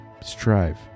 strive